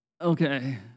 Okay